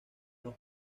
los